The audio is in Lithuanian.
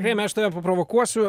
remi aš tave paprovokuosiu